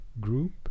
group